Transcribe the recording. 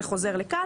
זה חוזר לכאן,